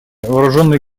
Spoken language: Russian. вооруженные